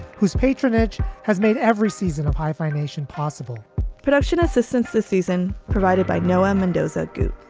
whose patronage has made every season of hyphenation possible production assistance this season provided by noah mendoza. good